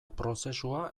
prozesua